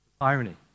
irony